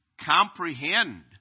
comprehend